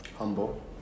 Humble